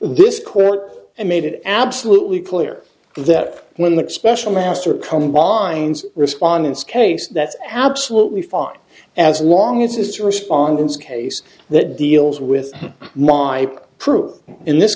this quote and made it absolutely clear that when that special master combines respondants case that's absolutely fine as long as its respondents case that deals with my proof in this